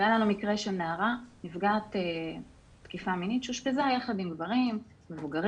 היה לנו מקרה של נערה נפגעת תקיפה מינית שאושפזה יחד עם גברים מבוגרים,